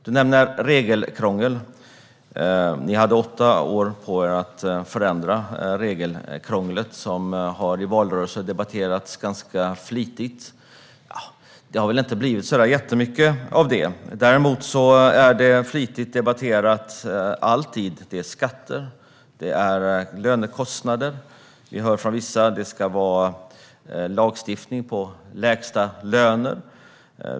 Du nämnde regelkrångel, Ann-Charlotte Hammar Johnsson. Ni hade åtta år på er att förändra regelkrånglet, som debatterades flitigt i valrörelsen. Det har väl inte blivit så mycket av det. Däremot är skatter och lönekostnader alltid flitigt debatterade. Vissa vill ha lagstiftning för lägsta löner.